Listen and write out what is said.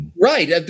Right